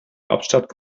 hauptstadt